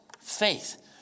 faith